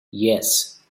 yes